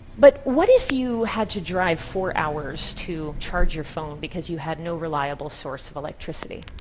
but what if you had to drive four hours to charge your phone because you had no reliable source of electricity?